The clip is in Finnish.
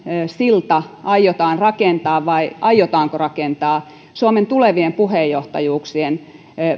silta aiotaan rakentaa vai aiotaanko rakentaa suomen tulevien puheenjohtajuuksien